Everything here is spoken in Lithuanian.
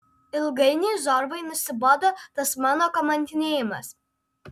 ilgainiui zorbai nusibodo tas mano kamantinėjimas